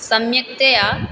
सम्यक्तया